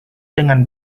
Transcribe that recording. dengan